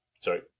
Sorry